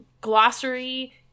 glossary